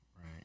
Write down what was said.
Right